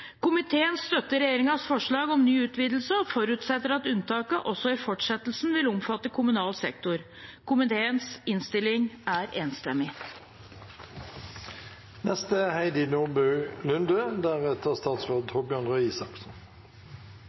Komiteen støtter regjeringens forslag om ny utvidelse og forutsetter at unntaket også i fortsettelsen vil omfatte kommunal sektor. Komiteens innstilling er enstemmig.